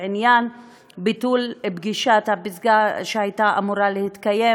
בעניין ביטול פגישת הפסגה שהייתה אמורה להתקיים